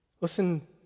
Listen